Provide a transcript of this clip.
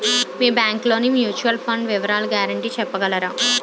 మీ bank లోని mutual fund వివరాల guarantee చెప్పగలరా?